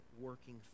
working